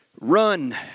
Run